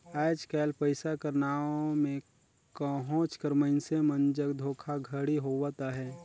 आएज काएल पइसा कर नांव में कहोंच कर मइनसे मन जग धोखाघड़ी होवत अहे